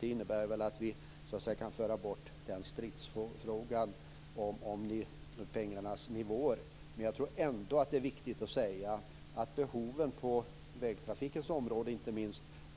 Det innebär att vi kan föra bort stridsfrågan om anslagsnivåer. Behoven på vägtrafikens område